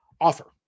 offer